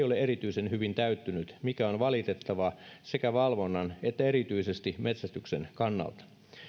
ole erityisen hyvin täyttynyt mikä on valitettavaa sekä valvonnan että erityisesti metsästyksen kannalta